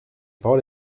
parole